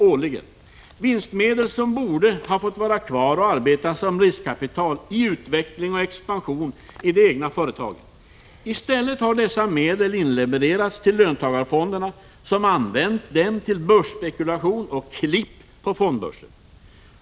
Det är vinstmedel som borde ha fått vara kvar och arbeta som riskkapital för utveckling och expansion i de egna företagen. I stället har dessa medel inlevererats till löntagarfonderna, som använt dem till börsspekulation och klipp på fondbörsen.